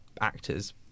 actors